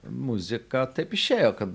muzika taip išėjo kad